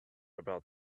about